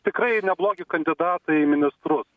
tikrai neblogi kandidatai į ministrus